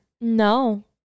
No